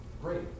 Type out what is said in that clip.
great